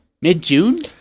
mid-June